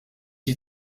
die